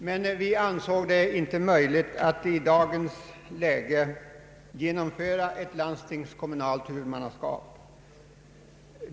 Reservanterna ansåg det dock inte möjligt att i dagens läge genomföra ett landstingskommunalt huvudmannaskap.